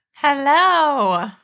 Hello